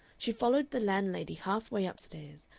she followed the landlady half way up-stairs,